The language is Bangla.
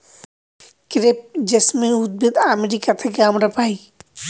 ক্রেপ জেসমিন উদ্ভিদ আমেরিকা থেকে আমরা পাই